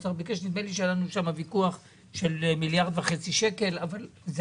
נדמה לי שהיה לנו שם ויכוח על מיליארד וחצי שקלים אבל זה